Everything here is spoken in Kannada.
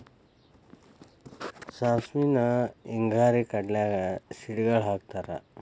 ಸಾಸ್ಮಿನ ಹಿಂಗಾರಿ ಕಡ್ಲ್ಯಾಗ ಸಿಡಿಗಾಳ ಹಾಕತಾರ